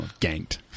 Ganked